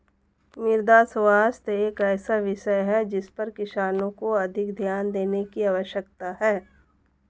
मृदा स्वास्थ्य एक ऐसा विषय है जिस पर किसानों को अधिक ध्यान देने की आवश्यकता है